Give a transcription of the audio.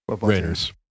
Raiders